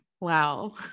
wow